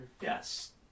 Yes